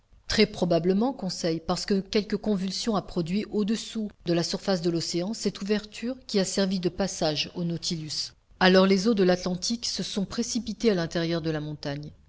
très probablement conseil parce que quelque convulsion a produit au-dessous de la surface de l'océan cette ouverture qui a servi de passage au nautilus alors les eaux de l'atlantique se sont précipitées à l'intérieur de la montagne